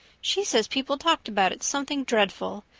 she says people talked about it something dreadful.